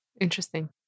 Interesting